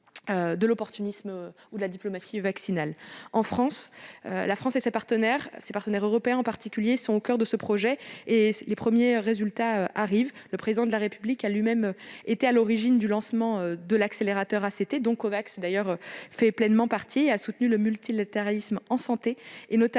opportuniste une diplomatie vaccinale. La France et ses partenaires européens en particulier sont au coeur de ce projet. Les premiers résultats arrivent. Le Président de la République a lui-même été à l'origine du lancement de l'accélérateur ACT, dont Covax fait pleinement partie. Il a soutenu le multilatéralisme en santé, notamment